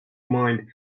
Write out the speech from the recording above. mind